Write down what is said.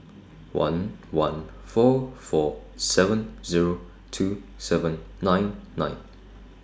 one one four four seven Zero two seven nine nine